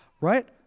right